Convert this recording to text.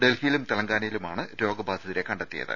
ഡൽഹിയിലും തെലങ്കാനയിലുമാണ് രോഗ ബാധിതരെ കണ്ടെത്തിയത്